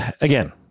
Again